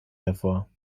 hervor